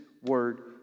word